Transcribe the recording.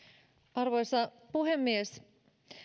arvoisa puhemies